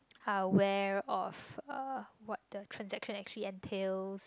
are aware of uh what the transaction actually entails